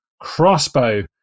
Crossbow